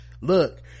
Look